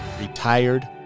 retired